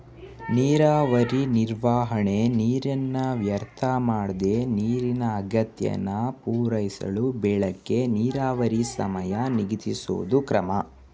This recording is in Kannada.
ನೀರಾವರಿ ನಿರ್ವಹಣೆ ನೀರನ್ನ ವ್ಯರ್ಥಮಾಡ್ದೆ ನೀರಿನ ಅಗತ್ಯನ ಪೂರೈಸಳು ಬೆಳೆಗೆ ನೀರಾವರಿ ಸಮಯ ನಿಗದಿಸೋದು ಕ್ರಮ